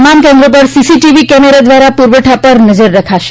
તમામ કેન્દ્રો પર સીસીટીવી કેમેરા દ્વારા પુરવઠા પર નજર રખાશે